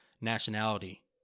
nationality